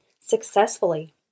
successfully